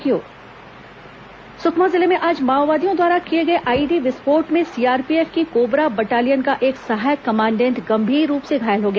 जवान घायल सुकमा जिले में आज माओवादियों द्वारा किए गए आईईडी विस्फोट में सीआरपीएफ की कोबरा बटालियन का एक सहायक कमांडेंट गंभीर रूप से घायल हो गया